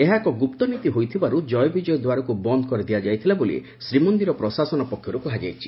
ଏହା ଏକ ଗୁପ୍ତ ନୀତି ହୋଇଥିବାରୁ ଜୟବିଜୟ ଦ୍ୱାରକୁ ବନ୍ଦ କରିଦିଆଯାଇଥିଲା ବୋଲି ଶ୍ରୀମନିର ପ୍ରଶାସନ ସୂତ୍ରରୁ ସୂଚନା ମିଳିଛି